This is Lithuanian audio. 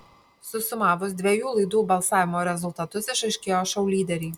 susumavus dviejų laidų balsavimo rezultatus išaiškėjo šou lyderiai